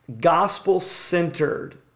gospel-centered